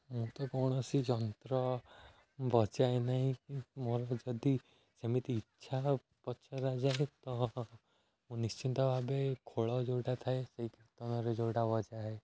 ମୁଁ ତ କୌଣସି ଯନ୍ତ୍ର ବଜାଏ ନାହିଁ ମୋର ଯଦି ସେମିତି ଇଚ୍ଛା ପଚରାଯାଏ ତ ମୁଁ ନିଶ୍ଚିନ୍ତ ଭାବେ ଖୋଳ ଯେଉଁଟା ଥାଏ ସେଇ କୀର୍ତ୍ତନରେ ଯେଉଁଟା ବଜାହୁଏ